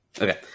Okay